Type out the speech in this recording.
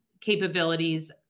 capabilities